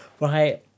Right